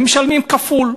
הם משלמים כפול.